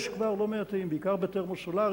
יש כבר לא מעטים, בעיקר בתרמו-סולרי,